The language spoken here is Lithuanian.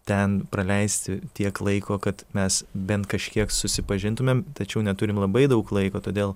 ten praleisti tiek laiko kad mes bent kažkiek susipažintumėm tačiau neturim labai daug laiko todėl